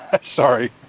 sorry